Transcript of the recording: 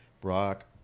Brock